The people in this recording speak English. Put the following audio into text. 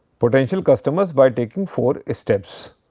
potential customers by taking four steps.